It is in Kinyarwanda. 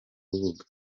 rubuga